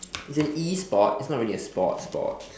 it's an E sport it's not really a sport sport